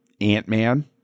Ant-Man